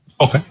Okay